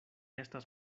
estas